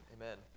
amen